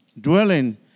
dwelling